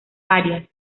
arias